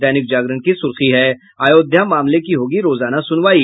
दैनिक जागरण की सुर्खी बनाया है अयोध्या मामले की होगी रोजाना सुनवाई